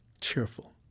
cheerful